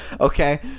Okay